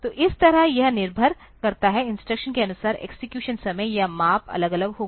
तो इस तरह यह निर्भर करता है इंस्ट्रक्शन के अनुसार एक्सेक्यूशन समय और माप अलग अलग होगा